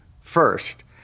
first